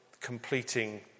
completing